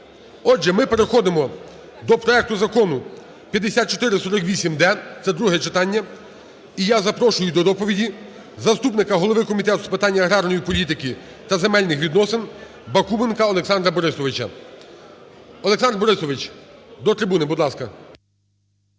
Отже, ми переходимо до проекту Закону 5448-д – це друге читання. І я запрошую до доповіді заступника голови Комітету з питань аграрної політики та земельних відносин Бакуменка Олександра Борисовича. Олександр Борисович, до трибуни, будь ласка.